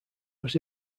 was